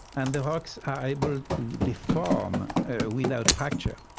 and the rocks are able to deform without fracture,